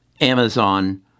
Amazon